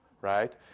right